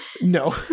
No